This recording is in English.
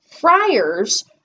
Friars